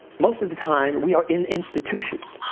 most of the time, we are in institutions,